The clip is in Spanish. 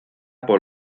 por